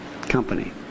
company